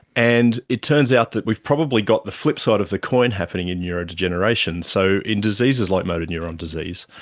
and it turns out that we've probably got the flip side of the coin happening in neurodegeneration. so in diseases like a motor neuron disease,